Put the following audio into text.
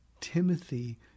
Timothy